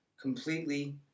completely